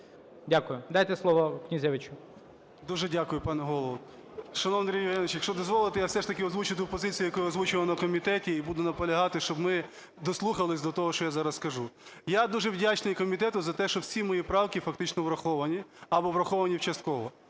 Дякую. Дайте слово Князевичу. КНЯЗЕВИЧ Р.П. Дуже дякую, пане Голово. Шановний Андрій Євгенович, якщо дозволите, все ж таки озвучу ту позицію, яку озвучував на комітеті і буду наполягати, щоб ми дослухалися до того, що я зараз скажу. Я дуже вдячний комітету за те, що всі мої правки фактично враховані або враховані частково.